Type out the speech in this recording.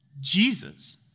Jesus